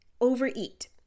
overeat